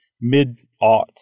mid-aughts